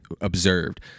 observed